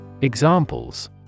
Examples